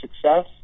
success